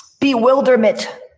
bewilderment